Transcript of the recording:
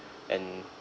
and